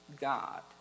God